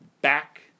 Back